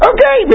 Okay